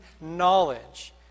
knowledge